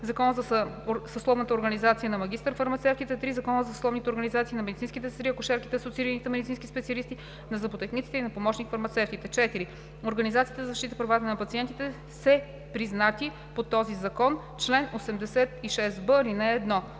Закона за съсловната организация на магистър-фармацевтите; 3. Закона за съсловните организации на медицинските сестри, акушерките и асоциираните медицински специалисти, на зъботехниците и на помощник-фармацевтите; 4. Организациите за защита правата на пациентите са признати по този закон (чл. 86б, ал. 1).“ 4.